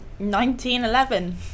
1911